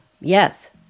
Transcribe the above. Yes